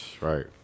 Right